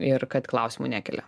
ir kad klausimų nekelia